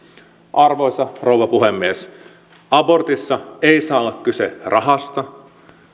arvoisa rouva puhemies abortissa ei saa olla kyse rahasta